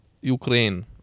Ukraine